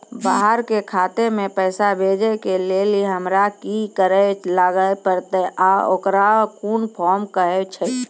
बाहर के खाता मे पैसा भेजै के लेल हमरा की करै ला परतै आ ओकरा कुन फॉर्म कहैय छै?